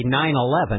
9-11